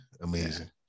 Amazing